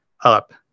up